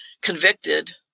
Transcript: convicted